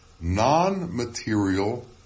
Non-material